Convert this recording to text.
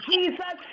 Jesus